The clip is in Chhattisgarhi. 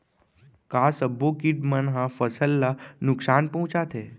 का सब्बो किट मन ह फसल ला नुकसान पहुंचाथे?